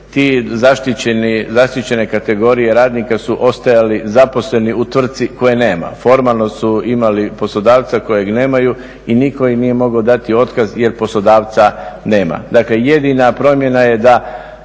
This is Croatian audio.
te zaštićene kategorije radnika su ostajali zaposleni u tvrtci koje nema. Formalno su imali poslodavca kojeg nemaju i nitko im nije mogao dati otkaz jer poslodavca nema. Dakle jedina promjena je da